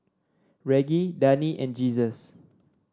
Reggie Dani and Jesus